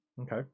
Okay